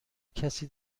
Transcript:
کسی